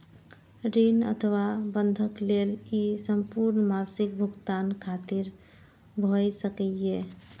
ऋण अथवा बंधक लेल ई संपूर्ण मासिक भुगतान खातिर भए सकैए